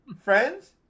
friends